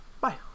Bye